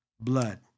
blood